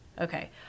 Okay